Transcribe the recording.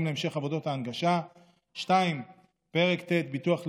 להמשך עבודות ההנגשה); 2. פרק ט' (ביטוח לאומי),